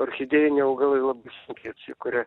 orchidėjiniai augalai labai sunkiai atsikuria